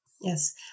yes